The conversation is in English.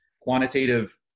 quantitative